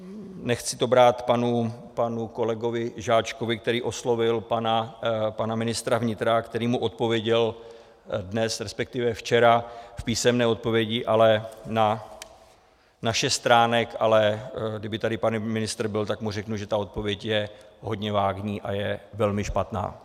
Nechci to brát panu kolegovi Žáčkovi, který oslovil pana ministra vnitra, který mu odpověděl dnes, resp. včera v písemné odpovědi na šest stránek, ale kdyby tady pan ministr byl, tak mu řeknu, že ta odpověď je hodně vágní a velmi špatná.